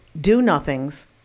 do-nothings